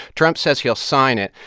trump says he'll sign it.